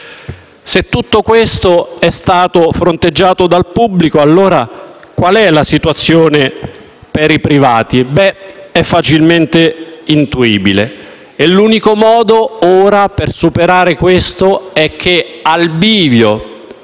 Se tutto questo è stato fronteggiato dal pubblico, allora qual è la situazione per i privati? Beh, è facilmente intuibile. L'unico modo per superare tutto ciò è che, al bivio